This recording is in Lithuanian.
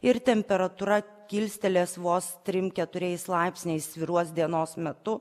ir temperatūra kilstelės vos trim keturiais laipsniais svyruos dienos metu